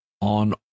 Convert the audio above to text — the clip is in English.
on